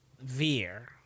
Veer